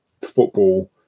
football